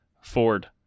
Ford